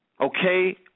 okay